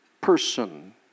person